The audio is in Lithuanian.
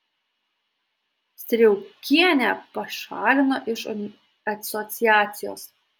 striaukienę pašalino iš asociacijos